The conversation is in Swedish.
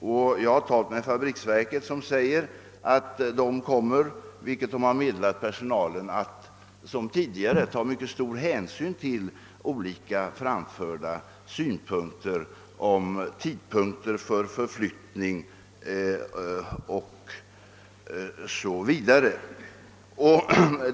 Och jag har talat med fabriksverket som förklarat att — vilket också meddelats personalen — mycket stor hänsyn liksom tidigare kommer att tas till olika önskemål beträffande tidpunkter för förflyttning o.s.v.